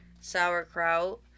sauerkraut